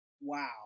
Wow